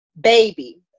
baby